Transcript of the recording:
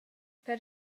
per